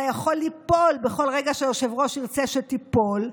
אתה יכול ליפול בכל רגע שהיושב-ראש רוצה שתיפול.